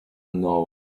know